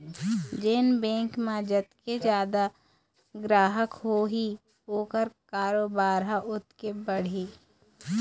जेन बेंक म जतके जादा गराहक होही ओखर कारोबार ह ओतके बढ़ही